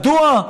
מדוע?